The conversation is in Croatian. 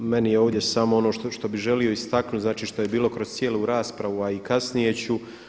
Meni je ovdje samo ono što bih želio istaknuti, znači što je bilo kroz cijelu raspravu, a i kasnije ću.